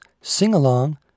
sing-along